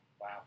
Wow